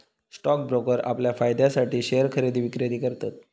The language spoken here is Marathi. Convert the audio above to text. स्टॉक ब्रोकर आपल्या फायद्यासाठी शेयर खरेदी विक्री करतत